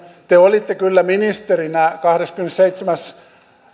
te olitte kyllä ministerinä kahdeskymmenesseitsemäs